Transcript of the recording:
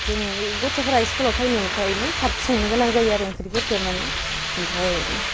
जों गथ'फ्रा इस्कुलाव फैनायखाइनो थाब संनो गोनां जायो आरो ओंख्रिफोरखो मानि ओमफ्राय